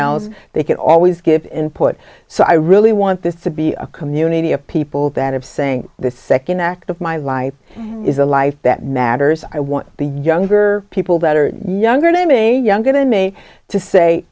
else they can always give input so i really want this to be a community of people that have saying the second act of my life is a life that matters i want the younger people that are younger naming a young going to me to say